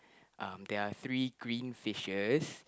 um there are three green fishers